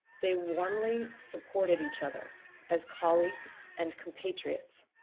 they warmly supported each other as colleagues and compatriots.